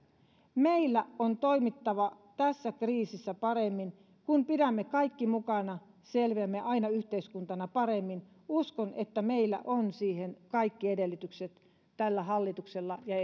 meillä on toimittava tässä kriisissä paremmin kun pidämme kaikki mukana selviämme aina yhteiskuntana paremmin uskon että meillä on siihen kaikki edellytykset tällä hallituksella ja